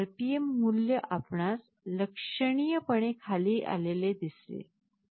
तर RPM मूल्य आपणास लक्षणीयपणे खाली आले आहे हे दिसेल